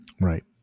Right